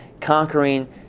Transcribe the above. conquering